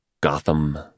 Gotham